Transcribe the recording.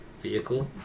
vehicle